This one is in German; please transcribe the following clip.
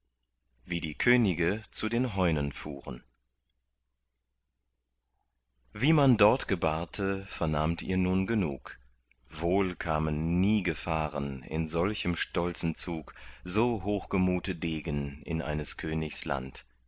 wie die könige zu den heunen fuhren wie man dort gebahrte vernahmt ihr nun genug wohl kamen nie gefahren in solchem stolzen zug so hochgemute degen in eines königs land